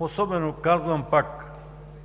особено, казвам пак,